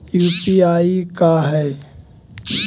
UPI का है?